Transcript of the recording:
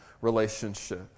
relationship